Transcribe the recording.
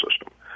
system